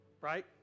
right